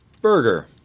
Burger